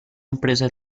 empresa